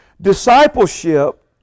Discipleship